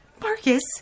Marcus